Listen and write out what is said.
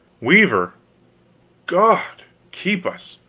weaver god keep us!